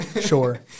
Sure